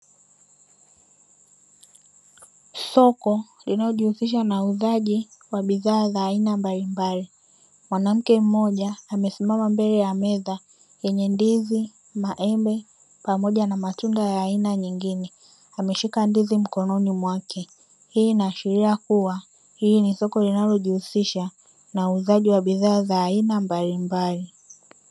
Soko linalojihusisha na uuzaji wa bidhaa za aina mbalimbali, mwanamke mmoja amesimama mbele ya meza yenye ndizi, maembe pamoja na matunda ya aina nyingine, ameshika ndizi mkononi mwake hii inaashiria kuwa hili ni soko linalojihusisha na uuzaji wa bidhaa za aina mbalimbali.